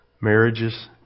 marriages